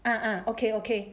ah ah okay okay